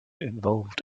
involved